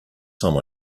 time